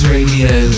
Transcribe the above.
Radio